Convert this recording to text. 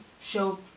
show